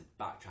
backtrack